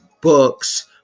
books